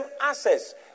access